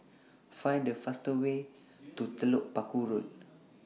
Find The fastest Way to Telok Paku Road